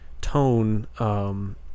tone